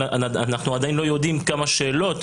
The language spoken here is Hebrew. אבל אנחנו עדיין לא יודעים כמה שאלות